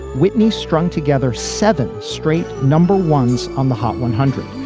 whitney strung together seven straight number ones on the hot one hundred.